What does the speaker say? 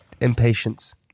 Impatience